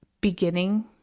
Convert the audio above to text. beginning